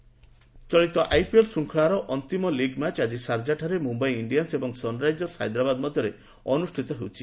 IPL ଚଳିତ IPL ଶୃଙ୍ଖଳାର ଅନ୍ତିମ ଲିଗ୍ ମ୍ୟାଚ୍ ଆଜି ସାରଜାଠାରେ ମୁମ୍ୟାଇ ଇଣ୍ଡିଆନ୍ନ ଓ ସନ୍ରାଇଜର୍ସ ହାଇଦ୍ରାବାଦ୍ ମଧ୍ୟରେ ଅନୁଷ୍ଠିତ ହେଉଛି